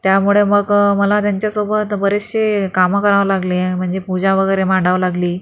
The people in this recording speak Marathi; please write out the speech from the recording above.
त्यामुळे मग मला त्यांच्यासोबत बरेचसे कामं करावं लागले म्हणजे पूजा वगैरे मांडावं लागली